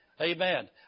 Amen